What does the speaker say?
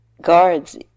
Guards